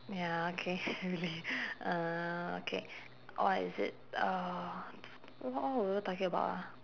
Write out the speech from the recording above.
ya okay really uh okay or is it uh w~ what are you talking about ah